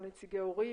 גם נציגי הורים,